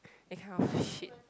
that kind of shit